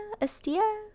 Astia